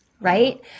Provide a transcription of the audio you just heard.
Right